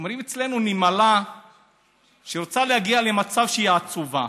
אומרים אצלנו שנמלה שרוצה להגיע למצב שהיא עצובה,